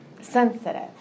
sensitive